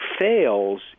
fails